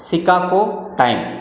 Chicago time